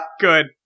Good